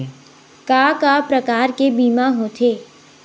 का का प्रकार के बीमा होथे?